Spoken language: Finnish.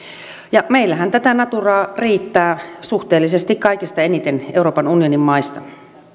ja meillähän tätä naturaa riittää suhteellisesti kaikista eniten euroopan unionin maista